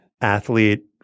athlete